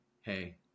Hey